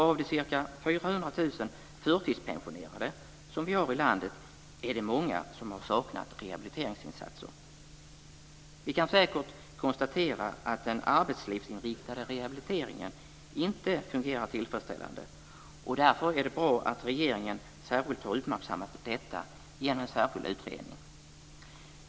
Av de ca 400 000 förtidspensionerade som vi har i landet är det många som har saknat rehabiliteringsinsatser. Vi kan säkert konstatera att den arbetslivsinriktade rehabiliteringen inte fungerar tillfredsställande, och därför är det bra att regeringen har uppmärksammat detta genom en särskild utredning.